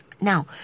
Now